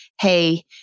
hey